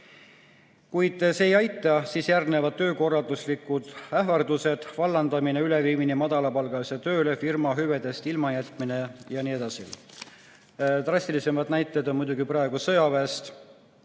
Kui see ei aita, siis järgneva töökorralduslikud ähvardused, vallandamine, üleviimine madalapalgalisele tööle, firma hüvedest ilmajätmine jne. Drastilisemad näited on muidugi praegu tuua